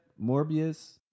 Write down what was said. Morbius